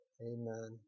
Amen